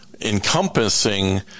encompassing